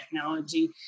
technology